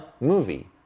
movie